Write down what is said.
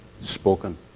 spoken